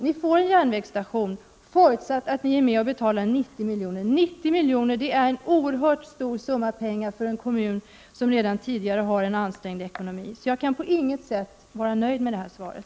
Ni får en järnvägsstation, förutsatt att ni är med och betalar 90 milj.kr. Men 90 milj.kr. är en cerhört stor summa pengar för en kommun som redan har en ansträngd ekonomi. Således kan jag på intet sätt vara nöjd med svaret.